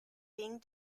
being